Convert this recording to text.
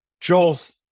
Joel's